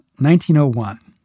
1901